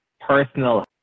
personal